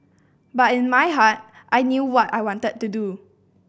but in my heart I knew what I wanted to do